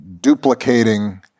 duplicating